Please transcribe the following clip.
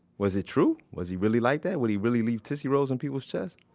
was it true? was he really like that? would he really leave tootsie rolls on people's chest?